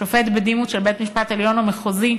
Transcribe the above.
שופט בדימוס של בית-המשפט העליון או בית-משפט מחוזי,